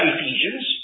Ephesians